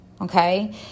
Okay